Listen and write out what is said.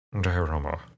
diorama